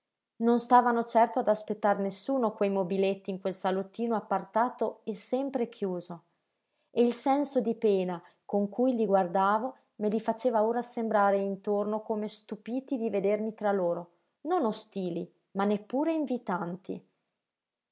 non stavano certo ad aspettar nessuno quei mobiletti in quel salottino appartato e sempre chiuso e il senso di pena con cui li guardavo me li faceva ora sembrare intorno come stupiti di vedermi tra loro non ostili ma neppure invitanti